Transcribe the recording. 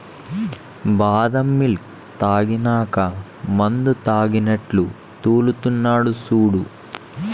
బాదం మిల్క్ తాగినాక మందుతాగినట్లు తూల్తున్నడు సూడు